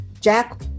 Jack